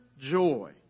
joy